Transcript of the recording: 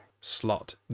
slot